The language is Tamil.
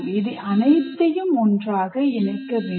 இது அனைத்தையும் ஒன்றாக இணைக்க வேண்டும்